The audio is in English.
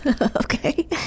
okay